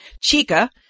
Chica